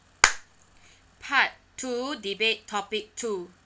part two debate topic two